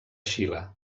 xile